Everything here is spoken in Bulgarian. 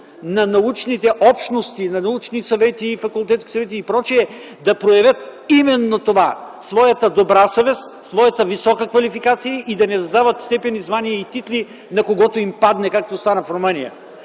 на научните общности - на научни и факултетни съвети и пр. да проявят своята добра съвест, своята висока квалификация и да не дават степени, звания и титли на когото им падне, както стана в Румъния.